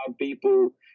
people